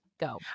Go